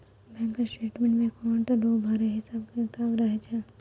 bank statements मे account रो सभे हिसाब किताब रहै छै